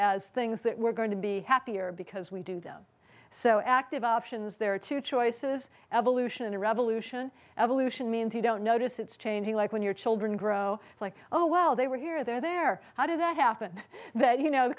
as things that we're going to be happier because we do them so active options there are two choices evolution and revolution evolution means you don't notice it's changing like when your children grow like oh well they were here they're there how did that happen that you know